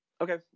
Okay